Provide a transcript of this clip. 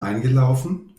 eingelaufen